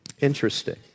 Interesting